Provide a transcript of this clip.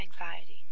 anxiety